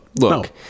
look